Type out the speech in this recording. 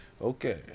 Okay